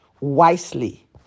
wisely